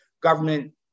government